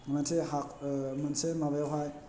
मोनसे मोनसे माबायावहाय